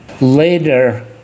Later